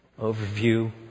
overview